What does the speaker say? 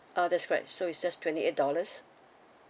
uh that's correct so is just twenty eight dollars